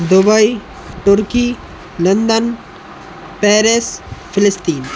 Dubai turkey London Paris Palestine